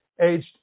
aged